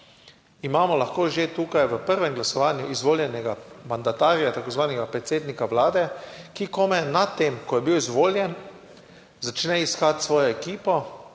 Imamo lahko že tukaj v prvem glasovanju izvoljenega mandatarja, tako imenovanega predsednika Vlade, ki komaj nad tem, ko je bil izvoljen, začne iskati svojo ekipo,